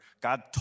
God